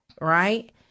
Right